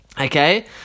Okay